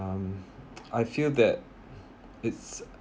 um I feel that it's